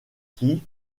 qui